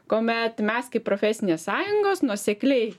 kuomet mes kaip profesinės sąjungos nuosekliai